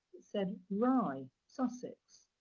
it said rye, sussex.